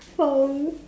sorry